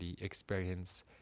experience